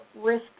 risk